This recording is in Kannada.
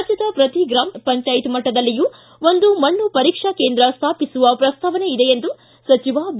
ರಾಜ್ಯದ ಪ್ರತಿ ಗ್ರಾಮ ಪಂಚಾಯತ ಮಟ್ಲದಲ್ಲಿಯೂ ಒಂದು ಮಣ್ಣು ಪರೀಕ್ಷಾ ಕೇಂದ್ರ ಸ್ಥಾಪಿಸುವ ಪ್ರಸ್ತಾವನೆ ಇದೆ ಎಂದು ಸಚಿವ ಬಿ